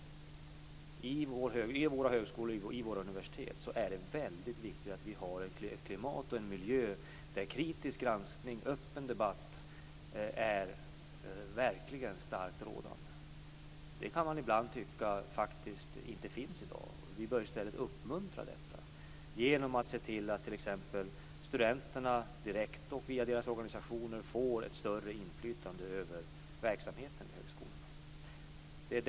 Vid våra högskolor och universitet är det väldigt viktigt att man har ett klimat och en miljö där kritisk granskning och öppen debatt verkligen är starkt rådande. Man kan ibland tycka att det inte är så i dag. Vi bör därför uppmuntra detta genom att se till att t.ex. studenterna direkt och via deras organisationer får ett större inflytande över verksamheten vid högskolorna.